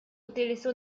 utilizó